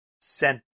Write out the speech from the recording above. sent